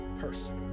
person